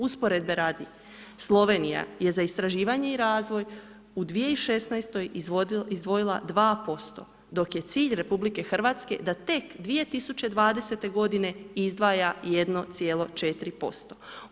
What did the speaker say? Usporedbe radi, Slovenija je za istraživanje i razvoj u 2016. izdvojila 2%, dok je cilj RH da tek 2020. godine izdvaja 1,4%